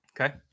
okay